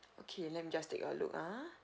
okay let me just take a look ah